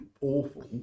awful